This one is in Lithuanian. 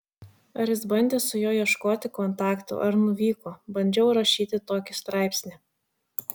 ar jis bandė su juo ieškoti kontaktų ar nuvyko bandžiau rašyti tokį straipsnį